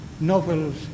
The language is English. novels